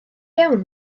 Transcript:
iawn